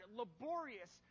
laborious